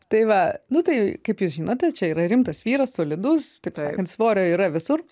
tai va nu tai kaip jūs žinote čia yra rimtas vyras solidus taip sakant svorio yra visur